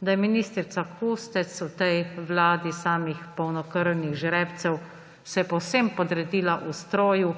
da je ministrica Kustec v tej vladi samih polnokrvnih žrebcev se povsem podredila ustroju,